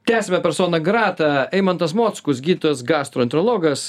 tęsiame persona grata eimantas mockus gydytojas gastroenterologas